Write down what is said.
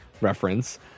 reference